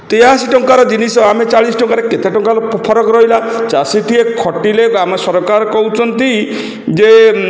ତେୟାଅଶୀ ଟଙ୍କାର ଜିନିଷ ଆମେ ଚାଳିଶ ଟଙ୍କାରେ କେତେ ଟଙ୍କାର ଫରକ ରହିଲା ଚାଷୀଟିଏ ଖଟିଲେ ଆମ ସରକାର କହୁଛନ୍ତି ଯେ